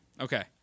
Okay